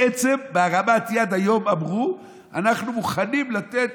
בעצם בהרמת היד היום אמרו: אנחנו מוכנים לתת